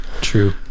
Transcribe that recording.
True